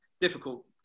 Difficult